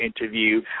interview